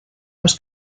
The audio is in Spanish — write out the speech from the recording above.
los